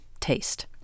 taste